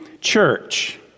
church